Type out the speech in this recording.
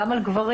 גם על גברים,